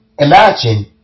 Imagine